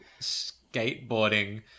skateboarding